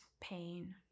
pain